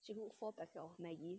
she cook four packets of maggie